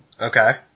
Okay